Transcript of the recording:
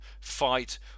fight